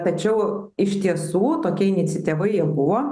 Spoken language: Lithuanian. tačiau iš tiesų tokia iniciatyva buvo